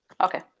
Okay